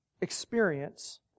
experience